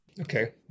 Okay